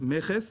מכס